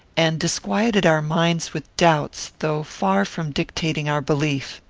and disquieted our minds with doubts, though far from dictating our belief.